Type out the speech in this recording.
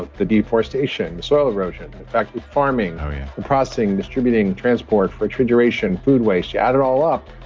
ah the deforestation, the soil erosion, the factory farming, the processing, distributing, transport, refrigeration, food waste. you add it all up,